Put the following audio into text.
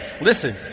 Listen